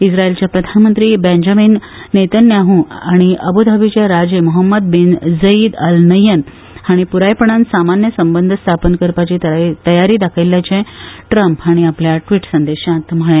इस्रायलचे प्रधानमंत्री Benjamin Netanyahu आनी अब् धाबीचे राजे Mohammed bin Zayed Al Nahyan हाणी पुरायपणान सामान्य संबंध स्थापन करपाची तयारी दाखयल्ल्याचे ट्रम्प हाणी आपल्या ट्वीट संदेशान म्हळा